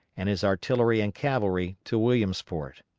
and his artillery and cavalry to williamsport.